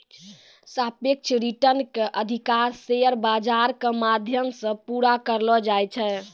सापेक्ष रिटर्न के अधिकतर शेयर बाजार के माध्यम से पूरा करलो जाय छै